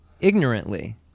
ignorantly